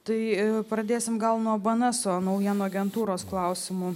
tai pradėsim gal nuo bnso naujienų agentūros klausimų